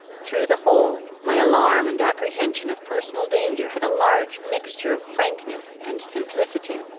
through the whole, my alarm and apprehension of personal danger had a large mixture of frankness and simplicity,